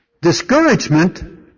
Discouragement